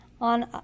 on